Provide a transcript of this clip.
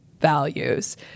values